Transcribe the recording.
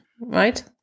right